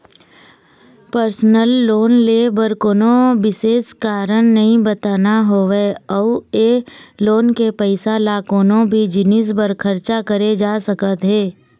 personal loan ले बर कोनो बिसेस कारन नइ बताना होवय अउ ए लोन के पइसा ल कोनो भी जिनिस बर खरचा करे जा सकत हे